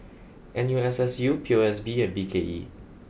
N U S S U P O S B and B K E